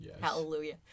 hallelujah